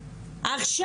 עכשיו,